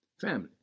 Family